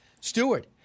Stewart